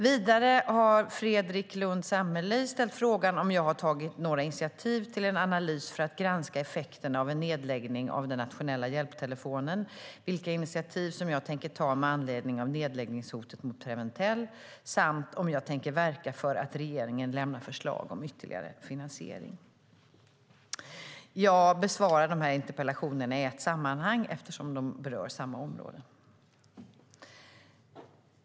Vidare har Fredrik Lundh Sammeli ställt frågan om jag har tagit några initiativ till en analys för att granska effekterna av en nedläggning av den nationella hjälptelefonen, vilka initiativ som jag tänker ta med anledning av nedläggningshotet mot Preventell samt om jag tänker verka för att regeringen lämnar förslag om ytterligare finansiering. Jag besvarar interpellationerna i ett sammanhang eftersom de berör samma områden.